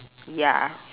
ya